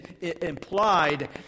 implied